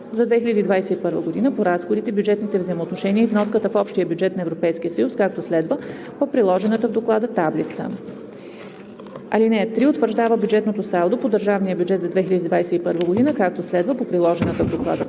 за 2021 г. по разходите, бюджетните взаимоотношения и вноската в общия бюджет на Европейския съюз, както следва: по приложената в Доклада таблица. (3) Утвърждава бюджетното салдо по държавния бюджет за 2021 г., както следва: по приложената в Доклада